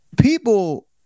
People